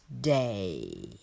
day